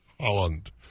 Holland